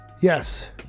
Yes